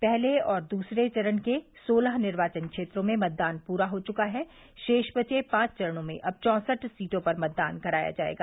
पहले और दूसरे चरण के सोलह निर्वाचन क्षेत्रों में मतदान पूरा हो चुका है शेष बचे पांच चरणों में अब चौसठ सीटों पर मतदान कराया जायेगा